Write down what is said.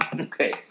okay